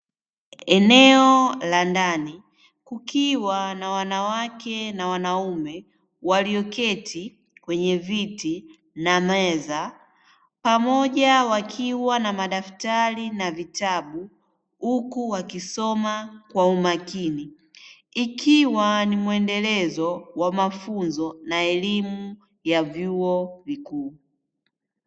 Eneo la ndani, kukiwa na wanawake na wanaume walioketi kwenye viti na meza pamoja, wakiwa na madaftari na vitabu, huku wakisoma kwa umakini. Ikiwa ni muendelezo wa mafunzo na elimu ya vyuo vikuu.